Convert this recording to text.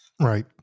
Right